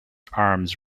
arms